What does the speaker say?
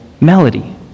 melody